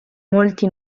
molti